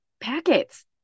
packets